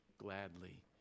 gladly